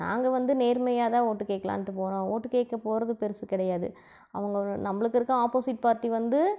நாங்கள் வந்து நேர்மையாக தான் ஓட்டு கேட்கலான்ட்டு போகிறோம் ஓட்டுக் கேட்க போவது பெருசு கிடையாது அவங்க நம்மளுக்கு இருக்க ஆப்போசிட் பார்ட்டி வந்து